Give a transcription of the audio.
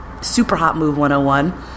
super-hot-move-101